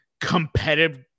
competitive